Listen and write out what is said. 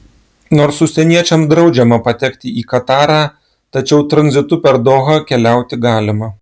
nors užsieniečiams draudžiama patekti į katarą tačiau tranzitu per dohą keliauti galima